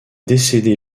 décédé